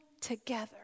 together